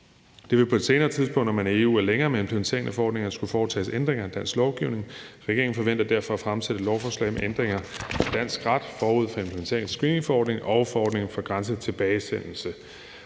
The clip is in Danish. Der vil på et senere tidspunkt, når man i EU er længere med implementeringen af forordningerne, skulle foretages ændringer i dansk lovgivning. Regeringen forventer derfor at fremsætte et lovforslag med ændringer af dansk ret forud for implementering af screeningforordningen og forordningen for grænsetilbagesendelse.